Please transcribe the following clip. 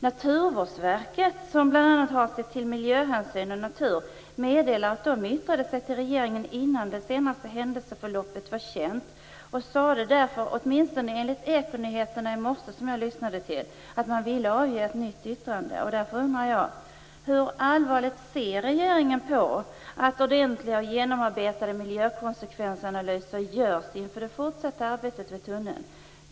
Naturvårdsverket, som bl.a. har att se till miljöhänsyn och till naturen, meddelar att man yttrade sig till regeringen innan det senaste händelseförloppet var känt. Därför vill verket, åtminstone enligt Ekonyheterna som jag lyssnade till i morse, avge ett nytt yttrande. Jag undrar hur angeläget regeringen tycker att det är att ordentliga och genomarbetade miljökonsekvensanalyser görs inför det fortsatta arbetet vid tunneln.